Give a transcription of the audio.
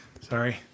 Sorry